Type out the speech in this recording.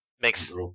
Makes